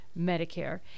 Medicare